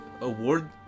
award